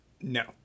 No